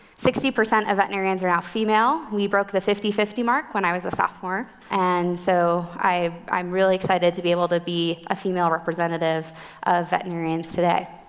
sixty percent of veterinarians are now female. we broke the fifty fifty mark when i was a sophomore, and so i'm really excited to be able to be a female representative of veterinarians today